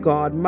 God